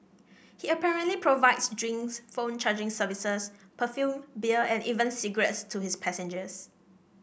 he apparently provides drinks phone charging services perfume beer and even cigarettes to his passengers